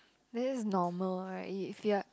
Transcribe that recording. there is normal right if ya